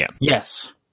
Yes